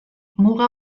muga